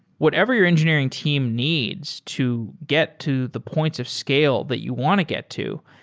whatever your engineering team needs to get to the points of scale that you want to get to,